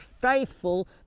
faithful